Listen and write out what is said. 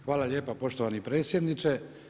Hvala lijepa poštovani predsjedniče.